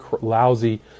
lousy